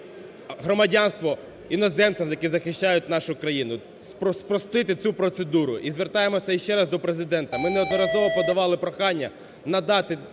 громадянство іноземцям, які захищають нашу країну, спростити цю процедуру. І звертаємося іще раз до Президента, ми неодноразово подавали прохання надати